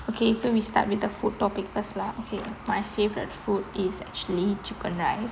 okay so we start with the food topic first lah okay my favourite food is actually chicken rice